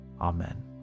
amen